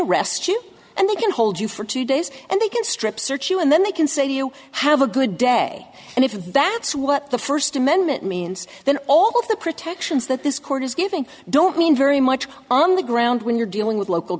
they can hold you for two days and they can strip search you and then they can say you have a good day and if that's what the first amendment means then all of the protections that this court is giving don't mean very much on the ground when you're dealing with local